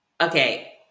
okay